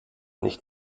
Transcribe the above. nicht